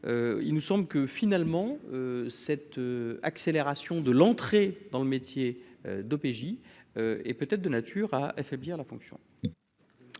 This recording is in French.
il nous semble que finalement cette accélération de l'entrée dans le métier d'OPJ et peut être de nature à affaiblir la fonction.